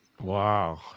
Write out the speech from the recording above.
Wow